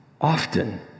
often